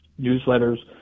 newsletters